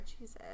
Jesus